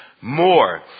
more